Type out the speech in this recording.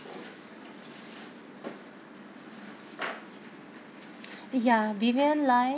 ya vivian lai